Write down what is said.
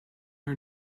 our